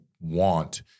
want